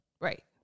Right